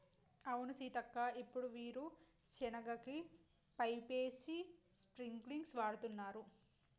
అవును సీతక్క ఇప్పుడు వీరు సెనగ కి పైపేసి స్ప్రింకిల్స్ వాడుతున్నారు